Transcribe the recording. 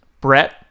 Brett